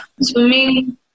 swimming